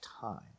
time